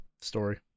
story